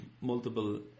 multiple